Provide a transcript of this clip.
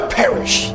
perish